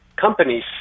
companies